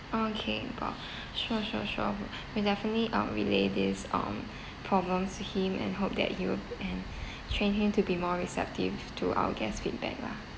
okay um sure sure sure we definitely um relay this um problems to him and hope that he will and train him to be more receptive to our guest's feedback lah